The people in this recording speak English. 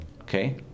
Okay